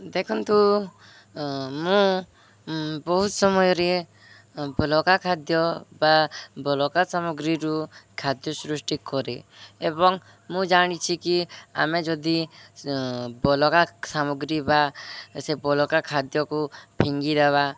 ଦେଖନ୍ତୁ ମୁଁ ବହୁତ ସମୟରେ ବଳକା ଖାଦ୍ୟ ବା ବଳକା ସାମଗ୍ରୀରୁ ଖାଦ୍ୟ ସୃଷ୍ଟି କରେ ଏବଂ ମୁଁ ଜାଣିଛି କି ଆମେ ଯଦି ବଳକା ସାମଗ୍ରୀ ବା ସେ ବଳକା ଖାଦ୍ୟକୁ ଫିଙ୍ଗି ଦେବା